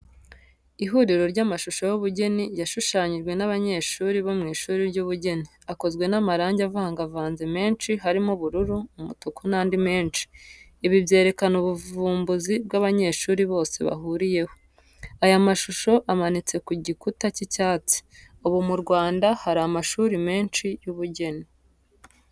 Ihuriro ry'amashusho y'ubugeni yashushanyijwe n'abanyeshuri bo mu ishuri ry'ubugeni, akozwe n'amarangi avangavanze menshi harimo ubururu, umutuku n'andi menshi. Ibi byerekana ubuvumbuzi bw'abanyeshuri bose bahuriyeho. Aya mashusho amanitse ku gikuta cy'icyatsi. Ubu mu Rwanda hari amashuri menshi y'ubugeni.